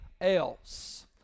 else